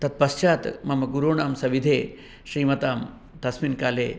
तत्पश्चात् मम गुरूणां सविधे श्रीमतां तस्मिन् काले